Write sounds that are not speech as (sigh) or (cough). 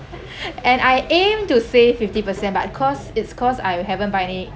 (laughs) and I aim to save fifty percent but it cause it's cause I haven't buy any